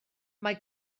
mae